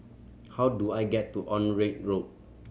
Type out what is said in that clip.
how do I get to Onraet Road